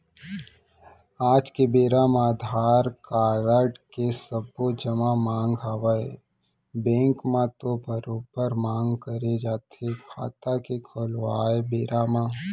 आज के बेरा म अधार कारड के सब्बो जघा मांग हवय बेंक म तो बरोबर मांग करे जाथे खाता के खोलवाय बेरा म